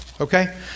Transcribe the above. Okay